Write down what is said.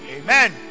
Amen